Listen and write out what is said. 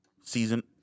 Season